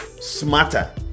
smarter